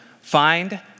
find